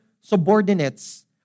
subordinates